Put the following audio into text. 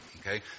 Okay